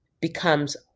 becomes